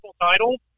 titles